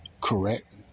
Correct